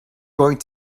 going